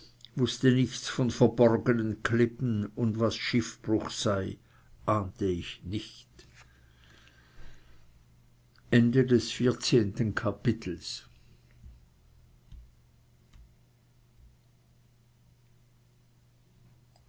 wußte nichts von verborgenen klippen und was schiffbruch sei ahnte ich nicht